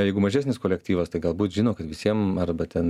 jeigu mažesnis kolektyvas tai galbūt žino kad visiem arba ten